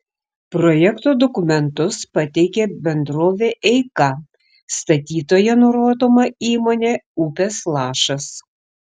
projekto dokumentus pateikė bendrovė eika statytoja nurodoma įmonė upės lašas